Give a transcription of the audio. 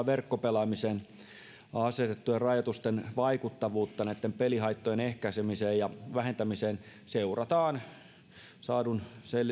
verkkopelaamiseen asetettujen rajoitusten vaikuttavuutta näitten pelihaittojen ehkäisemiseen ja vähentämiseen seurataan saadun